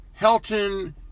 Helton